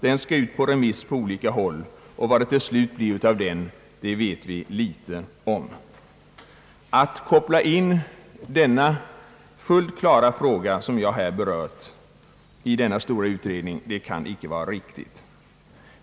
Den skall ut på remiss på olika håll, och vad det till slut blir av den, det vet vi litet om. Att koppla in den fullt klara fråga, som jag här be rört, i denna utredning kan inte vara riktigt.